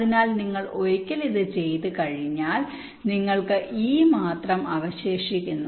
അതിനാൽ നിങ്ങൾ ഒരിക്കൽ ചെയ്തുകഴിഞ്ഞാൽ നിങ്ങൾക്ക് ഇ മാത്രം അവശേഷിക്കുന്നു